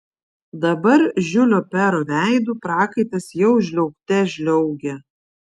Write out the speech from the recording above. dabar žiulio pero veidu prakaitas jau žliaugte žliaugė